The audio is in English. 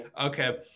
Okay